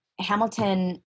Hamilton